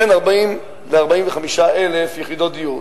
בין 40,000 ל-45,000 יחידות דיור.